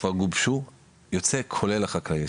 שכבר גובשו יוצא כולל לחקלאי.